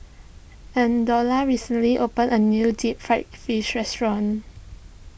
Eldora recently opened a new Deep Fried Fish restaurant